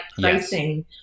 pricing